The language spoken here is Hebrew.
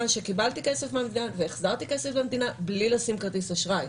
שקיבלתי כסף מהמדינה והחזרתי כסף למדינה בלי לשים כרטיס אשראי.